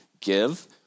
give